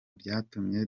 byatumye